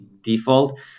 default